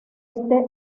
este